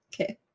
Okay